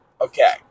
okay